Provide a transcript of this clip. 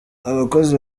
abakozi